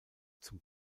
zum